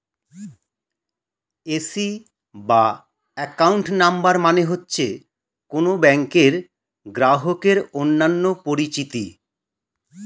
AC বা account number মানে হচ্ছে কোন ব্যাংকের গ্রাহকের অন্যান্য পরিচিতি